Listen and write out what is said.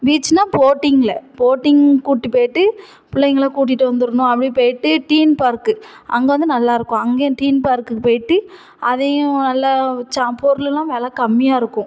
பீச்சுன்னா போட்டிங்கில் போட்டிங் கூட்டு போயிட்டு பிள்ளைங்கள கூட்டிகிட்டு வந்துடணும் அப்படி போயிட்டு தீம் பார்க்கு அங்கே வந்து நல்லா இருக்கும் அங்கேயும் தீம் பார்க்கு போயிட்டு அதையும் நல்ல சா பொருளெலாம் வில கம்மியாக இருக்கும்